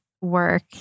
work